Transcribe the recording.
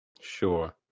Sure